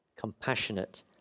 Compassionate